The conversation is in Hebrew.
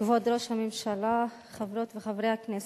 כבוד ראש הממשלה, חברות וחברי הכנסת,